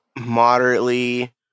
moderately